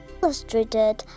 Illustrated